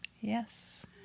Yes